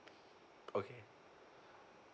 okay